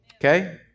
Okay